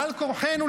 בעל כורחנו,